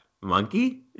Monkey